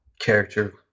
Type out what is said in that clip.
character